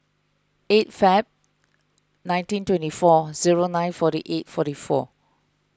eight Feb nineteen twenty four zero nine forty eight forty four